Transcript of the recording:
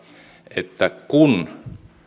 että kun